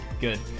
Good